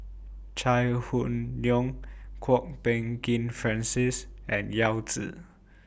Chai Hon Yoong Kwok Peng Kin Francis and Yao Zi